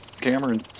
Cameron